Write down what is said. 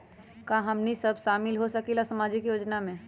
का हमनी साब शामिल होसकीला सामाजिक योजना मे?